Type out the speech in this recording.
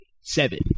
seven